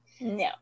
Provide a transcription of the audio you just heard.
No